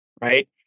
right